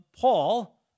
Paul